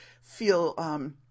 feel